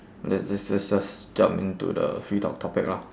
let let's let's just jump into the free talk topic lah